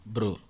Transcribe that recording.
Bro